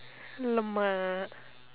!alamak!